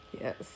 Yes